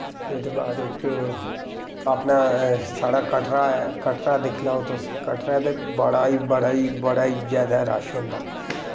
ओह्दे बाद च अपना साढ़ा कटरा ऐ कटरा दिक्खी लैओ तुस कटरै ते बड़ा गै बड़ा गै बड़ा गै रश होंदा